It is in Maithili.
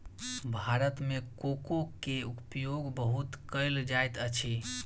भारत मे कोको के उपयोग बहुत कयल जाइत अछि